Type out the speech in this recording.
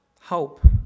Hope